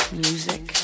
music